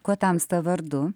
kuo tamsta vardu